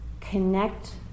connect